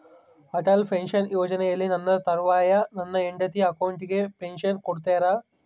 Atal pension ಯೋಜನೆಯಲ್ಲಿ ನನ್ನ ತರುವಾಯ ನನ್ನ ಹೆಂಡತಿ ಅಕೌಂಟಿಗೆ ಪೆನ್ಶನ್ ಕೊಡ್ತೇರಾ?